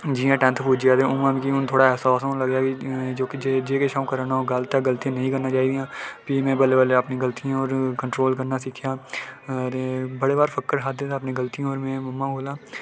जियां टेन्थ पुज्जेआ ते उं'आ अहसास होन लगेआ कि जे किश अं'ऊ करा ना ओह् गलत ऐ एह् किश नेईं करना चाहिदा प्ही में बल्लें बल्लें अपनी गलतियें पर कंट्रोल करना शुरु कीता ते बड़ी बार फक्कड़ खाद्धे दे में अपनी मम्मा कोला